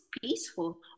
peaceful